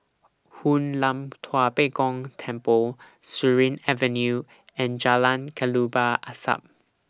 Hoon Lam Tua Pek Kong Temple Surin Avenue and Jalan Kelabu Asap